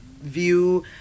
view